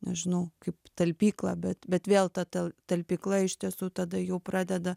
nežinau kaip talpyklą bet bet vėl tal talpykla iš tiesų tada jau pradeda